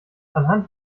anhand